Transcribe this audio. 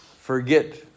forget